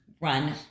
run